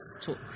talk